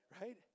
Right